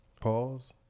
Pause